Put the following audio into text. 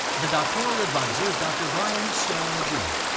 the doctoral advisor is dr. brian stone jr.